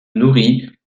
nourrit